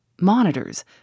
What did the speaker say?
Monitors